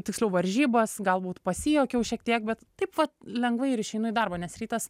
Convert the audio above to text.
tiksliau varžybas galbūt pasijuokiau šiek tiek bet taip vat lengvai ir išeinu į darbą nes rytas